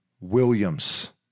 williams